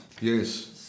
Yes